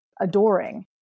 adoring